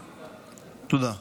תודה.